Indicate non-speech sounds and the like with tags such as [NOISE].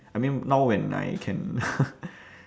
I mean now when I can [LAUGHS]